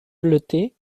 bleuté